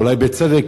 אולי בצדק,